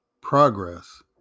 progress